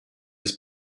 his